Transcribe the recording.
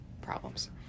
problems